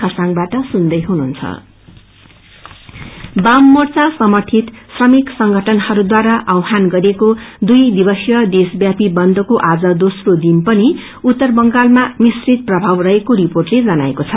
बन्ध वाममोर्चा समर्थित श्रमिक संगठनहरूद्वारा आवाहान गरिएको दुई दिवसीय देशव्यापी बन्दको आज दोम्रो दिन पनि बंगालमा मिश्रित प्रभाव रहेको रिर्पोटले जनाएको छ